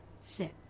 Sit